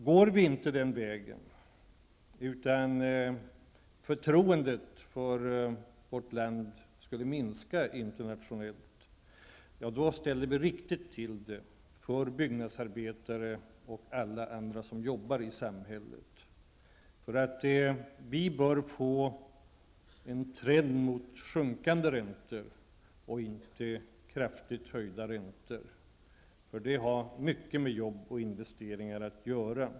Går vi inte den vägen, utan förtroendet för vårt land minskar internationellt, kan vi riktigt ställa till det för byggnadsarbetare och andra i samhället. Vi bör få en trend som går mot sjunkande räntor, dvs. inte kraftigt höjda räntor. Det har mycket med arbetstillfällen och investeringar att göra.